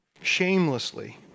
shamelessly